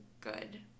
good